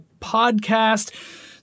podcast